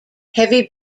heavy